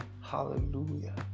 Hallelujah